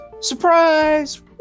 Surprise